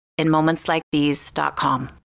InMomentsLikeThese.com